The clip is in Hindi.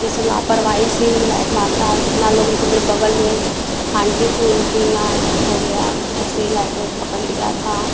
ये सब लपरवाही से ही लाइट मारता है कितना लोग देखो मेरे बगल में आंटी थी उनके यहाँ हो गया ऐसे लाइट ओइट पकड़ लिया था